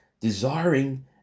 desiring